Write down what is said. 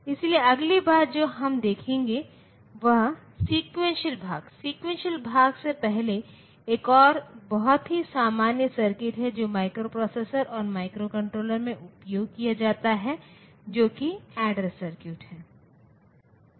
इसलिए अगली बात जो हम देखेंगे वह सेक्वेंसीअल भाग सेक्वेंसीअल भाग से पहले एक और बहुत ही सामान्य सर्किट है जो माइक्रोप्रोसेसरों और माइक्रोकंट्रोलरों में उपयोग किया जाता है जो कि एडेर सर्किट है